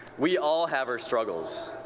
we all have our struggles.